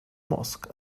mosque